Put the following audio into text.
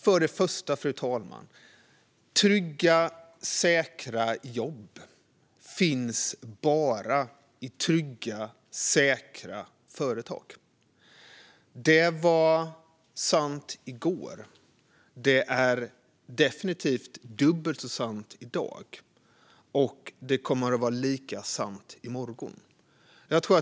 För det första, fru talman, finns trygga och säkra jobb bara i trygga och säkra företag. Det var sant i går, det är definitivt dubbelt så sant i dag och det kommer att vara lika sant i morgon.